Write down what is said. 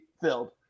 filled